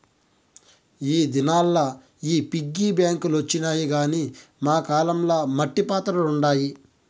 ఈ దినాల్ల ఈ పిగ్గీ బాంక్ లొచ్చినాయి గానీ మా కాలం ల మట్టి పాత్రలుండాయి